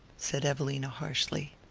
said evelina harshly.